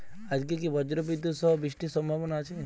আজকে কি ব্রর্জবিদুৎ সহ বৃষ্টির সম্ভাবনা আছে?